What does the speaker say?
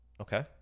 Okay